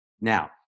Now